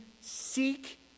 seek